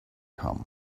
come